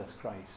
Christ